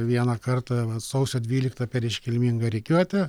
vieną kartą vat sausio dvyliktą per iškilmingą rikiuotę